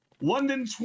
London